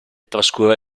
trascura